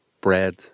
bread